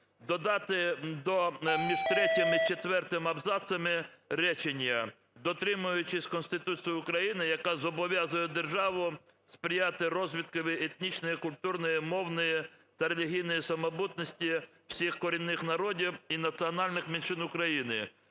додати між третім і четвертим абзацами речення "дотримуючись Конституції України, яка зобов'язує державу сприяти розвитку етнічної, культурної, мовної та релігійної самобутності всіх корінних народів і національних меншин України".